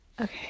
Okay